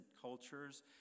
cultures